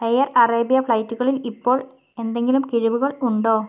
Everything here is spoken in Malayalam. എയർ അറേബ്യ ഫ്ലൈറ്റുകളിൽ ഇപ്പോൾ എന്തെങ്കിലും കിഴിവുകൾ ഉണ്ടോ